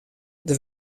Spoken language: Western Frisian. der